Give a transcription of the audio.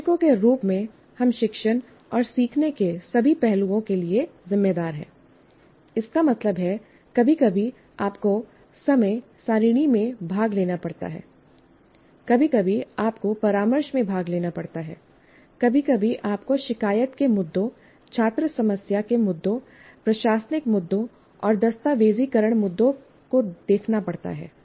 शिक्षकों के रूप में हम शिक्षण और सीखने के सभी पहलुओं के लिए जिम्मेदार हैं इसका मतलब है कभी कभी आपको समय सारिणी में भाग लेना पड़ता है कभी कभी आपको परामर्श में भाग लेना पड़ता है कभी कभी आपको शिकायत के मुद्दों छात्र समस्या के मुद्दों प्रशासनिक मुद्दों और दस्तावेज़ीकरण मुद्दों को देखना पड़ता है